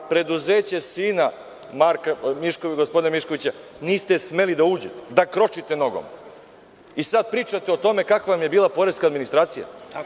U preduzeće sina gospodina Miškovića niste smeli da uđete, da kročite nogom, i sada pričate o tome kakva vam je bila poreska administracija.